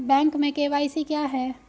Bank में KYC क्या है?